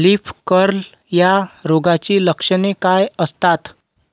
Leaf curl या रोगाची लक्षणे काय असतात?